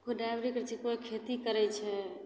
कोइ ड्राइवरी करै छै कोइ खेती करै छै